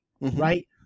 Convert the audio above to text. right